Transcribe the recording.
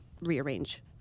rearrange